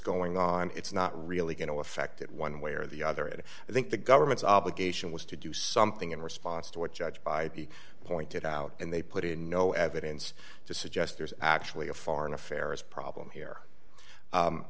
going on it's not really going to affect it one way or the other and i think the government's obligation was to do something in response to what judge by pointed out and they put in no evidence to suggest there's actually a foreign affairs problem here